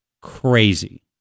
crazy